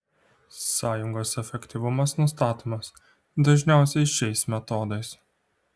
sąjungos efektyvumas nustatomas dažniausiai šiais metodais